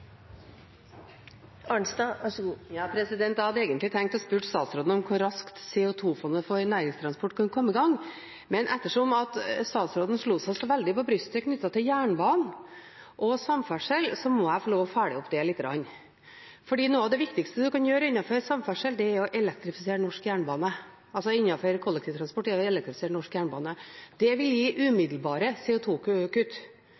Jeg hadde egentlig tenkt å spørre statsråden om hvor raskt CO 2 -fondet for næringstransport kunne komme i gang. Men ettersom statsråden slo seg så veldig på brystet når det gjaldt jernbanen og samferdsel, må jeg få lov til å følge det opp litt. Noe av det viktigste en kan gjøre innenfor kollektivtransport, er å elektrifisere norsk jernbane. Det vil gi umiddelbare CO 2 -kutt. Det ville ha kuttet omtrent like mye hvis en hadde elektrifisert Trønderbanen, som det